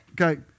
Okay